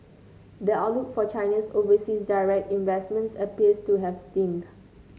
the outlook for Chinese overseas direct investments appears to have dimmed